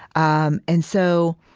um and so